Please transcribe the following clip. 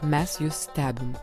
mes jus stebim